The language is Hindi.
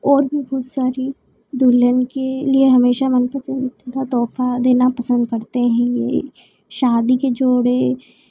और भी बहुत सारी दुल्हन के लिए हमेशा मनपसंद का तोहफा देना पसंद करते हैं यह शादी के जोड़े